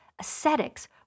ascetics